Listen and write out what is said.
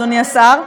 אדוני השר,